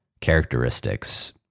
characteristics